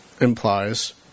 implies